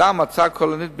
אולם ההצעה כוללנית,